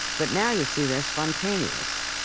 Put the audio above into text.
but now you see they're spontaneous.